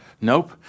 Nope